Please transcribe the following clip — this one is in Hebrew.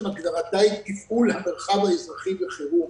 הגדרתה היא: תפעול המרחב האזרחי בחירום.